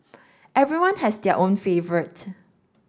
everyone has their own favourite